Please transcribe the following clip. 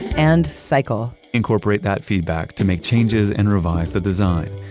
and cycle incorporate that feedback to make changes and revise the design.